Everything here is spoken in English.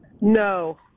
No